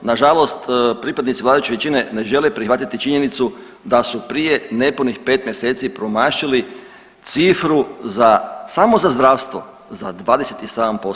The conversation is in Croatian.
Nažalost pripadnici vladajuće većine ne žele prihvatiti činjenicu da su prije nepunih 5 mjeseci promašili cifru za, samo za zdravstvo za 27%